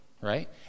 right